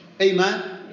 Amen